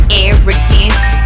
arrogance